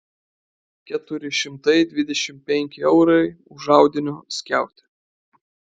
keturi šimtai dvidešimt penki eurai už audinio skiautę